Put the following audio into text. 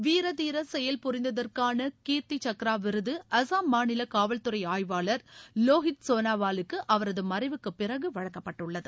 வீரதீர செயல் புரிந்ததற்கான கீர்த்தி சக்ரா விருது அஸ்ஸாம் மாநில காவல்துறை ஆய்வாளர் லோஹித் சோனாவாலுக்கு அவரது மறைவுக்கு பிறகு வழங்கப்பட்டுள்ளது